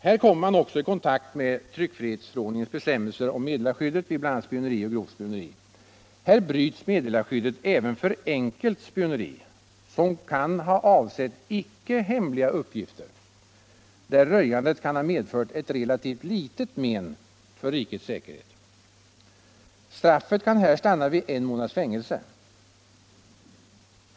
Här kommer man också i kontakt med tryckfrihetsförordningens bestämmelser om meddelarskyddet vid bl.a. spioneri och grovt spioneri. Här bryts meddelarskyddet även för enkelt spioneri, som kan ha avsett icke hemliga uppgifter, där röjandet kan ha medfört ett relativt litet men för rikets säkerhet. Straffet kan här stanna vid en månads fängelse.